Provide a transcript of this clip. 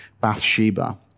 Bathsheba